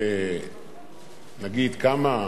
נגיד כמה?